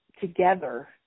together